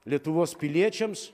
lietuvos piliečiams